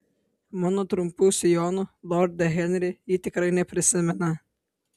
mano trumpų sijonų lorde henri ji tikrai neprisimena